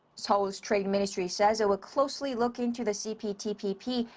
seoul's trade ministry says it will closely look into the cptpp,